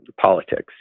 politics